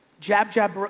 jab, jab,